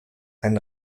ein